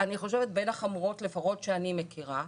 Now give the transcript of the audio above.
בין החמורות שאני מכירה,